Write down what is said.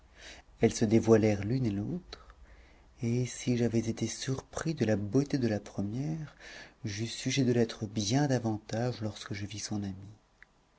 elles se dévoilèrent l'une et l'autre et si j'avais été surpris de la beauté de la première j'eus sujet de l'être bien davantage lorsque je vis son amie